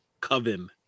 coven